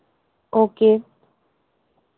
okay